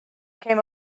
came